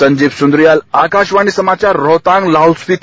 संजीव सुन्द्रियाल आकाशवाणी समाचार रोहतांग लाहौल स्पीति